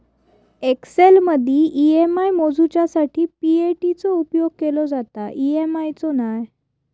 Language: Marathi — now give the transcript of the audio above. एक्सेलमदी ई.एम.आय मोजूच्यासाठी पी.ए.टी चो उपेग केलो जाता, ई.एम.आय चो नाय